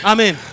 Amen